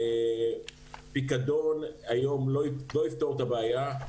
פיקדון היום לא יפתור את הבעיה,